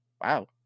Wow